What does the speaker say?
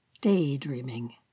daydreaming